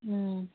ꯎꯝ